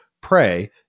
pray